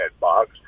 box